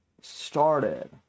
started